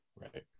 right